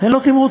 אין לו תמרוצים.